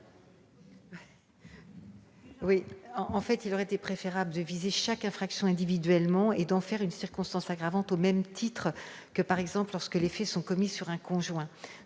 ? En fait, il aurait été préférable de viser chaque infraction individuellement et d'en faire une circonstance aggravante, comme lorsque les faits sont commis sur un conjoint.